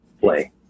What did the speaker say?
play